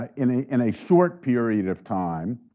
ah in a in a short period of time,